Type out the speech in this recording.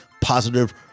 positive